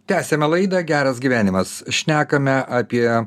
tęsiame laidą geras gyvenimas šnekame apie